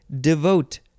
Devote